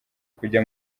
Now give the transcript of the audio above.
kujya